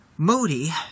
Modi